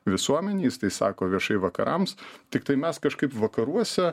visuomenei jis tai sako viešai vakarams tiktai mes kažkaip vakaruose